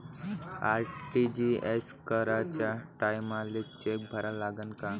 RTGS कराच्या टायमाले cheque भरा लागन का?